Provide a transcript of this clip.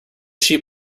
sheep